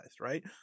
right